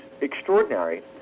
extraordinary